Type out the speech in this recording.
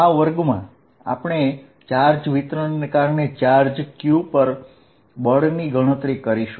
આ વર્ગમાં આપણે ચાર્જ વિતરણ ને કારણે ચાર્જ q પર બળની ગણતરી કરીશું